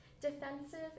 Defensive